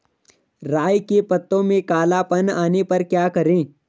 राई के पत्तों में काला पन आने पर क्या करें?